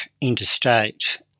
interstate